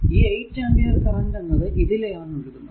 ഈ 8 ampere current എന്നത് ഇതിലെ ആണ് ഒഴുകുന്നത്